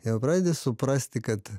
jau pradedi suprasti kad